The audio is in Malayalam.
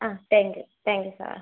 ആ താങ്ക്യൂ താങ്ക്യൂ സാർ